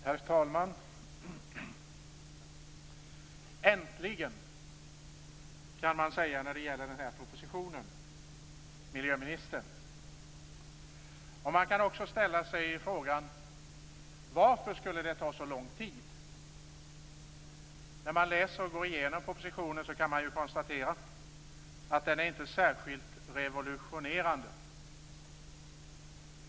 Herr talman! Äntligen, kan man säga om den här propositionen, miljöministern. Man kan också ställa sig frågan: Varför skulle det ta så lång tid? När man läser igenom propositionen kan man konstatera att den inte är särskilt revolutionerande.